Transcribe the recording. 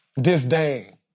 disdain